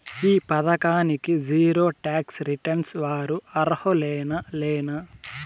ఈ పథకానికి zero tax returns వారు అర్హులేనా లేనా?